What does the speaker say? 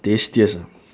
tastiest ah